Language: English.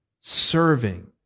serving